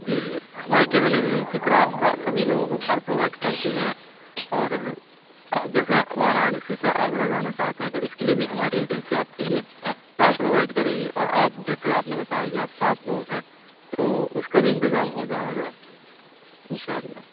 جی ہماری travel agency سبھی لوگوں کو کار پروائڈ کرتی ہے اور آپ جیسے وارانسی سے آگرہ جانا چاہتے ہیں تو اِس کے لیے بھی ہماری ایجنسی آپ کے لیے کار پروائڈ کرے گی اور آپ جیسے آپ نے بتایا کہ آپ سات لوگ ہیں تو اُس کا بھی انتظام ہو جائے گا اِنشاء اللہ